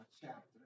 chapter